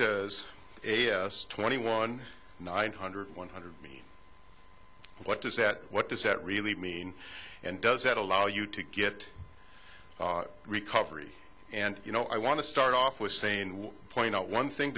is a twenty one nine hundred one hundred mi what does that what does that really mean and does that allow you to get recovery and you know i want to start off with saying one point out one thing